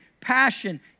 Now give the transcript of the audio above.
passion